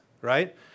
right